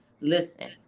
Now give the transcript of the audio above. listen